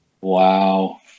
Wow